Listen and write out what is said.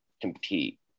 compete